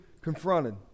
confronted